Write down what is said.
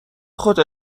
خود